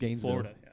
Florida